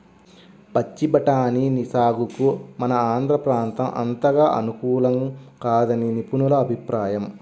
పచ్చి బఠానీ సాగుకు మన ఆంధ్ర ప్రాంతం అంతగా అనుకూలం కాదని నిపుణుల అభిప్రాయం